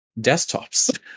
desktops